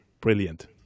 brilliant